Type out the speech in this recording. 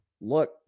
look